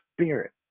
spirit